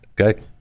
okay